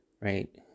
Right